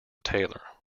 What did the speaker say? tailor